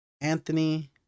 Anthony